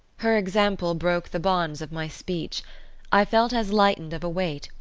her example broke the bonds of my speech i felt as lightened of a weight,